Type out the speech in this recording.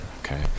Okay